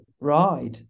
ride